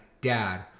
Dad